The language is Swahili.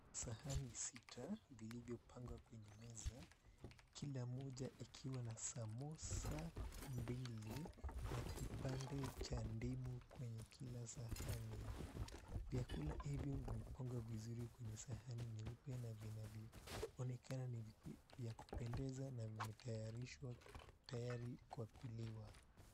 Sahani sita vilivyopangwa kwenye meza, kila moja ikiwa na samosa mbili na kipande cha ndimu kwenye kila sahani. Vyakula hivyo vimepangwa vizuri kwenye sehemu nyeupe na vinavyoonekana ni vya kupendeza na vimetayarishwa tayari kwa kuliwa.